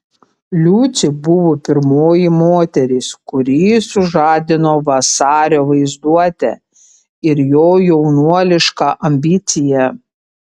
liucė buvo pirmoji moteris kuri sužadino vasario vaizduotę ir jo jaunuolišką ambiciją